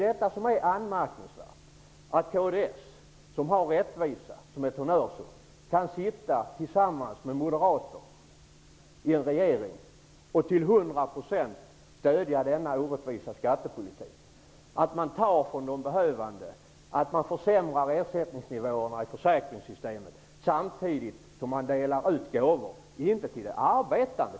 Det är anmärkningsvärt att ett parti som kds som har rättvisa som ett honnörsord kan sitta tillsammans med moderater i en regering och till hundra procent stödja denna orättvisa skattepolitik. Man tar från de behövande, försämrar ersättningsnivåerna i försäkringssystemet, samtidigt som man delar ut gåvor till ren spekulation.